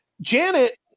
Janet